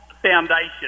Foundation